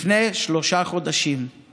שלושה חודשים לפני כן,